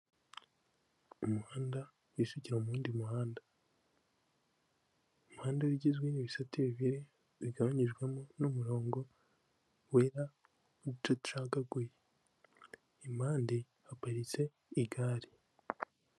Umuhanda wisukira mu wundi, umuhanda uba n'ibisate bibiri bigabanyijwemo n'umurongo wera uducagaguye impande haparitse igare.